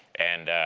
and